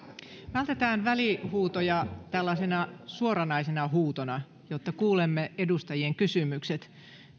vältetään välihuutoja tällaisena suoranaisena huutona jotta kuulemme edustajien kysymykset